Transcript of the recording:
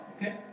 okay